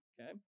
Okay